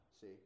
See